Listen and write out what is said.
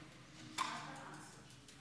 התשפ"ד 2024,